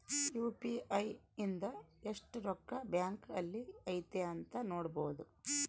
UPI ಇಂದ ಎಸ್ಟ್ ರೊಕ್ಕ ಬ್ಯಾಂಕ್ ಅಲ್ಲಿ ಐತಿ ಅಂತ ನೋಡ್ಬೊಡು